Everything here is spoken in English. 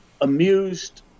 amused